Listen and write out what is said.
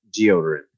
deodorant